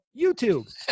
YouTube